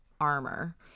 armor